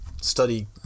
study